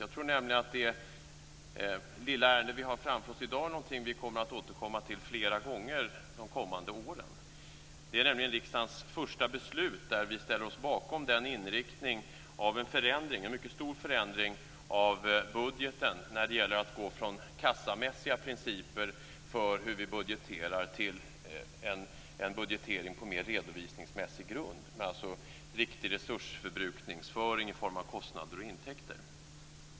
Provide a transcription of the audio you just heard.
Jag tror nämligen att det lilla ärende som vi har framför oss är någonting som vi kommer att återkomma till flera gånger de kommande åren. Det är nämligen riksdagens första beslut där vi ställer oss bakom en inriktning med en mycket stor förändring av budgeten. Vi går från en budgetering med kassamässiga principer till en budgetering på mer redovisningsmässig grund, alltså med riktig resursförbrukningsföring i form av kostnader och intäkter.